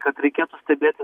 kad reikėtų stebėti